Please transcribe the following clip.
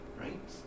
right